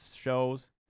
shows